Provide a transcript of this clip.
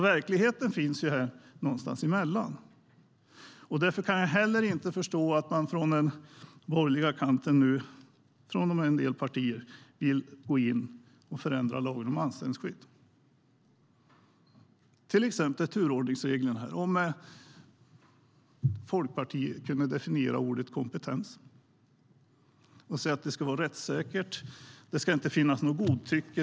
Verkligheten finns någonstans däremellan. Därför kan jag heller inte förstå att en del partier på den borgerliga kanten vill gå in och förändra lagen om anställningsskydd, till exempel turordningsreglerna. Kan Folkpartiet definiera ordet kompetens? De säger att det ska vara rättssäkert och att det inte ska finnas något godtycke.